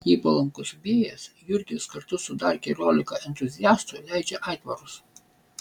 jei palankus vėjas jurgis kartu su dar keliolika entuziastų leidžia aitvarus